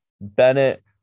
Bennett